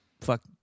fuck